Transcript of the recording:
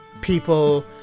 people